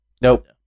Nope